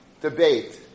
debate